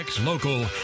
local